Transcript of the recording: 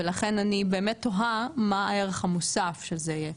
ולכן אני באמת תוהה מה הערך המוסף של זה יהיה.